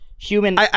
Human